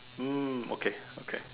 mm okay okay